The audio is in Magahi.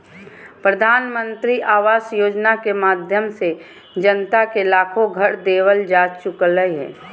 प्रधानमंत्री आवास योजना के माध्यम से जनता के लाखो घर देवल जा चुकलय हें